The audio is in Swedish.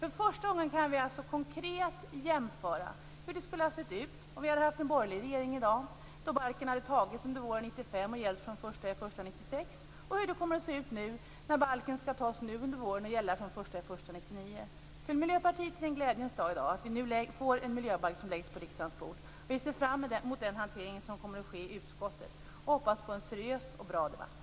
För första gången kan vi alltså konkret göra en jämförelse mellan hur det skulle ha sett ut om vi i dag hade haft en borgerlig regering, om balkförslaget hade tagits under våren 1995 och skulle ha gällt från den 1 januari 1996, och hur det kommer att se ut när balken tas under våren och skall gälla från den 1 januari 1999. För oss i Miljöpartiet är det alltså i dag en glädjens dag när vi nu på riksdagens bord har fått ett förslag till miljöbalk. Vi ser fram emot hanteringen i utskottet och hoppas på en seriös och bra debatt.